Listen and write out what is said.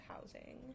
housing